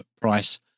price